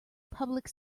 public